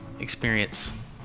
experience